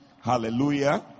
Hallelujah